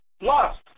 lost